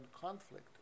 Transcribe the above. conflict